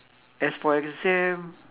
as for exam